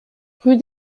rue